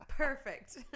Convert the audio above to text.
Perfect